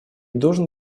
должен